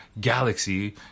Galaxy